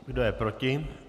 Kdo je proti?